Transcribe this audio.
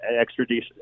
extradition